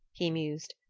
he mused.